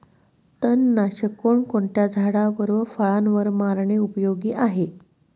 तणनाशक कोणकोणत्या झाडावर व फळावर मारणे उपयोगी आहे?